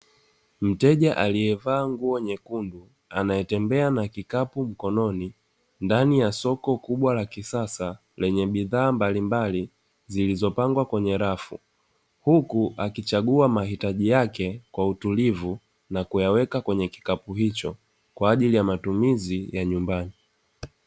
Mteja aliyevaa nguo nyekundu anayetembea na kikapu mkononi, ndani ya soko kubwa la kisasa lenye bidhaa mbalimbali zilizopangwa kwenye rafu, huku akichagua mahitaji yake kwa utulivu na kuyaweka kwenye kikapu hicho kwa ajili ya matumizi ya nyumbani.